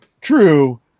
True